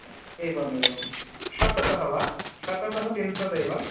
एवमेवं शततः वा शततः त्रिंशत् एव